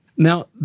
Now